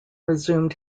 resumed